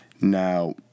Now